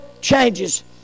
changes